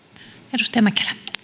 arvoisa puhemies